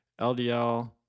LDL